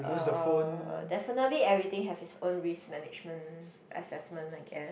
um definitely everything have it's own risk management assessment I guess